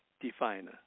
define